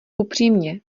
upřímně